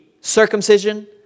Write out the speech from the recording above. circumcision